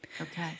Okay